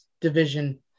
division